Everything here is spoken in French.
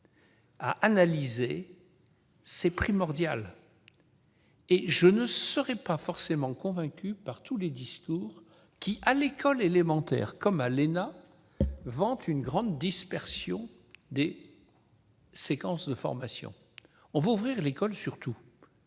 à analyser est primordial, et je ne suis pas forcément convaincu par les discours qui, à l'école élémentaire comme à l'ENA, vantent une grande dispersion des séquences de formation. On veut ouvrir l'école sur tout